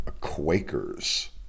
Quakers